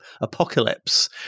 apocalypse